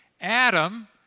Adam